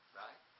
right